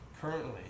currently